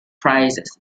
prices